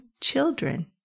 children